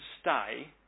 stay